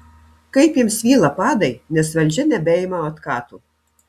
kaip jiems svyla padai nes valdžia nebeima otkatų